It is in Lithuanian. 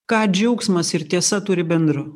ką džiaugsmas ir tiesa turi bendro